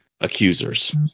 accusers